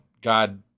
God